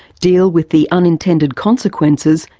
deal with the unintended consequences,